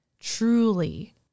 truly